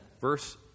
verse